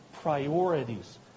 Priorities